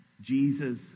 Jesus